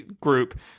group